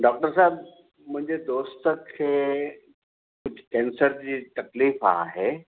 doctor साहब मुंहिंजे दोस्त खे कुझु कैंसर जी तकलीफ़ आहे